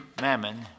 mammon